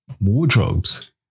wardrobes